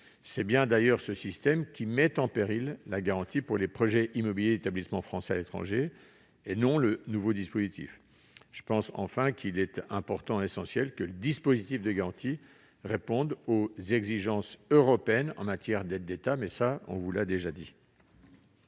C'est bien ce système qui met en péril la garantie pour les projets immobiliers des établissements français à l'étranger, et non le nouveau dispositif. Enfin, il est essentiel que le dispositif de garantie réponde aux exigences européennes en matière d'aides d'État ; mais ça, monsieur Cadic,